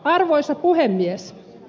arvoisa puhemies